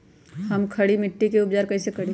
हम खड़ी मिट्टी के उपचार कईसे करी?